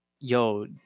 yo